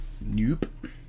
Nope